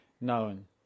known